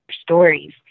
stories